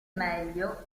meglio